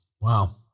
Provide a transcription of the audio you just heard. Wow